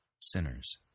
sinners